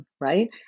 right